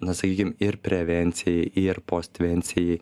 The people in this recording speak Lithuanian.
na sakykim ir prevencijai ir postvencijai